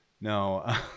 no